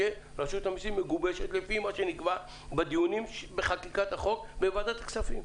שרשות המסים מגובשת לפי מה שנקבע בדיונים בחקיקת החוק בוועדת הכספים,